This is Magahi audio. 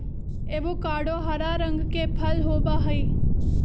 एवोकाडो हरा रंग के फल होबा हई